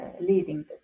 leading